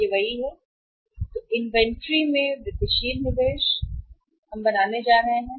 तो यह है इन्वेंट्री में वृद्धिशील निवेश इन्वेंट्री में वृद्धिशील निवेश हम बनाने जा रहे हैं